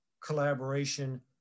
collaboration